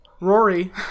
rory